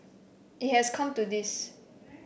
it has come to this